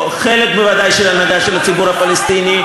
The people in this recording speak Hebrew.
בוודאי חלק של ההנהגה של הציבור הפלסטיני,